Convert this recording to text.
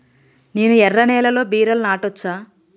నేను ఎర్ర నేలలో బీరలు నాటచ్చా?